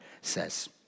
says